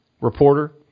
reporter